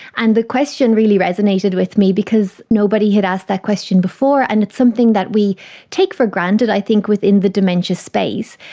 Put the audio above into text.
and the question really resonated with me because nobody had asked that question before, and it's something that we take for granted i think within the dementia space,